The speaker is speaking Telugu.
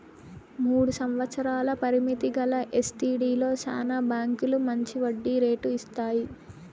మూడు సంవత్సరాల పరిమితి గల ఎస్టీడీలో శానా బాంకీలు మంచి వడ్డీ రేటు ఇస్తాయి